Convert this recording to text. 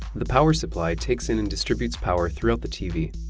the power supply takes in and distributes power throughout the tv.